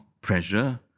pressure